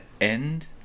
end